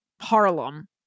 Harlem